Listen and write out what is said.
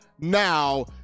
now